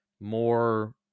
more